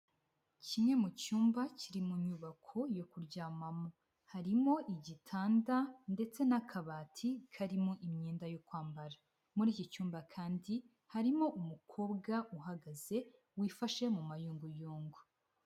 Kimwe mu cyumba kiri mu nyubako yo kuryamamo, harimo igitanda ndetse n'akabati karimo imyenda yo kwambara. Muri iki cyumba kandi harimo umukobwa uhagaze wifashe mu mayunguyungu.